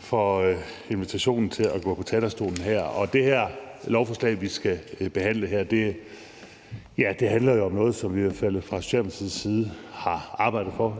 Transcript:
for invitationen til at gå på talerstolen her. Det lovforslag, som vi skal behandle her, handler jo om noget, som vi i hvert fald fra Socialdemokratiets side har arbejdet for